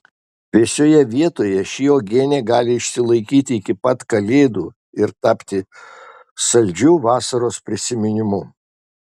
vėsioje vietoje ši uogienė gali išsilaikyti iki pat kalėdų ir tapti saldžiu vasaros prisiminimu